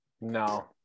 No